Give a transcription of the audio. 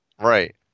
Right